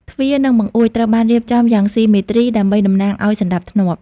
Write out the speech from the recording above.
ទ្វារ និង បង្អួច ត្រូវបានរៀបចំយ៉ាងស៊ីមេទ្រី ដើម្បីតំណាងឱ្យសណ្តាប់ធ្នាប់។